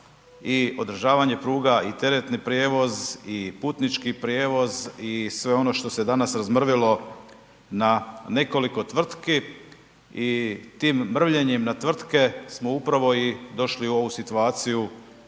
i održavanje pruga i teretni prijevoz i putnički prijevoz i sve ono što se danas razmrvilo na nekoliko tvrtki i tim mrvljenjem na tvrtke smo upravo i došli u ovu situaciju